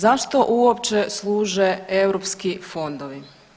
Zašto uopće služe europski fondovi?